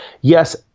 Yes